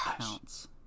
counts